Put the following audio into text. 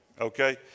Okay